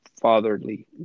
fatherly